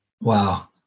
Wow